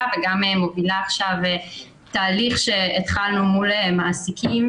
וגם מובילה עכשיו תהליך שהתחלנו מול מעסיקים